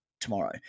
tomorrow